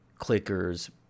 clickers